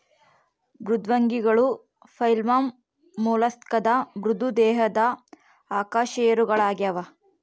ಮೃದ್ವಂಗಿಗಳು ಫೈಲಮ್ ಮೊಲಸ್ಕಾದ ಮೃದು ದೇಹದ ಅಕಶೇರುಕಗಳಾಗ್ಯವ